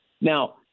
Now